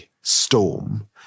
storm